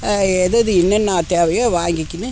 எது எது என்னென்னத் தேவையோ வாங்கிக்கின்னு